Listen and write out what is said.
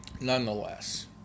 nonetheless